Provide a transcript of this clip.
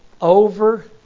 over